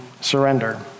surrender